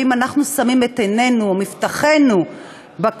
ואם אנחנו שמים את עינינו או מבטחנו בקואליציה,